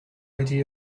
idea